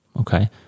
Okay